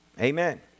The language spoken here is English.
Amen